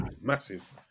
massive